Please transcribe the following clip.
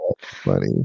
funny